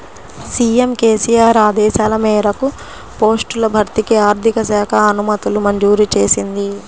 CM KCR ఆదేశాల మేరకు పోస్టుల భర్తీకి ఆర్థిక శాఖ అనుమతులు మంజూరు చేసింది